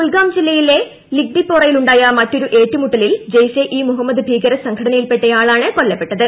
കുൽഗാം ജില്ലയിലെ ലിഗ്ധിപോറയിലുണ്ടായ മറ്റൊരു ഏറ്റുമുട്ടലിൽ ജെയ്ഷെ ഇ മുഹമ്മദ് ഭീകര സംഘടനയിൽപ്പെട്ട യാളാണ് കൊല്ലപ്പെട്ടത്